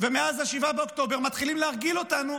ומאז 7 באוקטובר מתחילים להרגיל אותנו